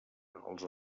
als